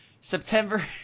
September